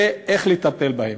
ואיך לטפל בהם.